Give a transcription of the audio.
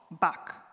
back